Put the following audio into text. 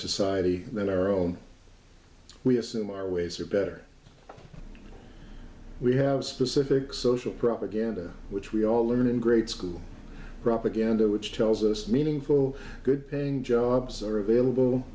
society than our own we assume our ways are better we have specific social propaganda which we all learn in grade school propaganda which tells us meaningful good paying jobs are available